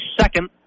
second